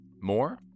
more